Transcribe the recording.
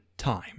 time